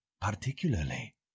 Particularly